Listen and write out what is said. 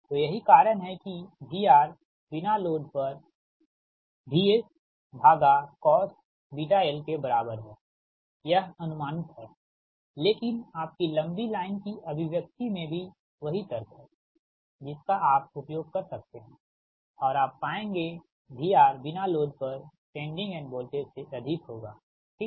तो यही कारण है कि VRNL VSCOSl यह अनुमानित है लेकिन आपकी लंबी लाइन की अभिव्यक्ति में भी वही तर्क है जिसका आप उपयोग कर सकते हैं और आप पाएंगे VR बिना लोड पर सेंडिंग एंड वोल्टेज से अधिक होगा ठीक